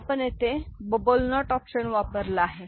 आपण येथे bubble note option वापरला आहे